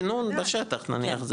גינון בשטח נניח,